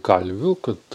kalvių kad